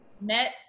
met